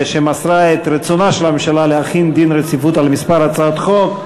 שמסרה על רצונה של הממשלה להחיל דין רציפות על כמה הצעות חוק.